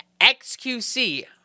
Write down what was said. XQC